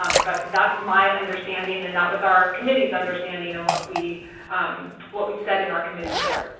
um but that's my understanding, and that was our committee's understanding and what we what we said in our committee report.